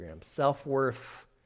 Self-worth